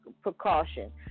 precaution